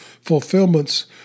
fulfillments